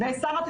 ושרה,